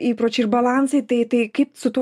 įpročiai ir balansai tai tai kaip su tuo